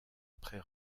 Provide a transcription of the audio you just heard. après